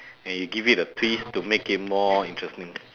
and you give it a twist to make it more interesting